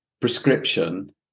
prescription